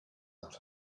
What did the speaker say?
out